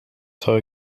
zou